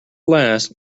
last